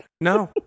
No